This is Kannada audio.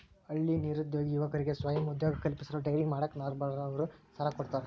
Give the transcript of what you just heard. ಹಳ್ಳಿ ನಿರುದ್ಯೋಗಿ ಯುವಕರಿಗೆ ಸ್ವಯಂ ಉದ್ಯೋಗ ಕಲ್ಪಿಸಲು ಡೈರಿ ಮಾಡಾಕ ನಬಾರ್ಡ ನವರು ಸಾಲ ಕೊಡ್ತಾರ